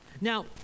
now